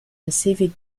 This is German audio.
pacific